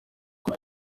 kuri